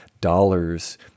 dollars